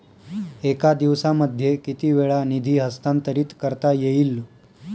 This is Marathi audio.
एका दिवसामध्ये किती वेळा निधी हस्तांतरीत करता येईल?